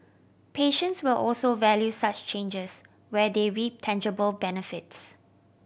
patients will also value such changes where they reap tangible benefits